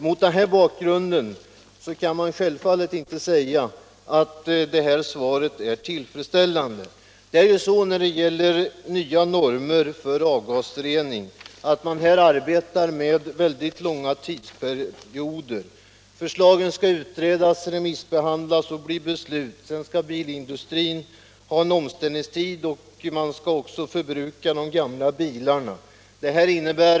Mot den här bakgrunden kan man självfallet inte säga att svaret är tillfredsställande. När det gäller nya normer för avgasrening arbetar man med mycket långa tidsperioder. Förslagen skall utredas, remissbehandlas och bli beslut. Sedan skall bilindustrin ha en omställningstid, och man skall också förbruka de gamla bilarna.